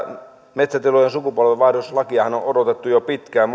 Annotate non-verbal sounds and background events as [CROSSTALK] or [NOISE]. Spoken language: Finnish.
metsätilojen sukupolvenvaihdoslakiahan on on odotettu jo pitkään [UNINTELLIGIBLE]